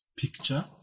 picture